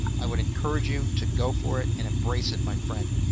i would encourage you to go for it and embrace it, my friend.